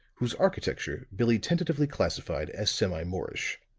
whose architecture billie tentatively classified as semi-moorish.